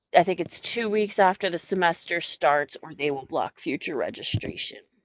i think it's two weeks after the semester starts or they will block future registration.